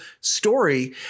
story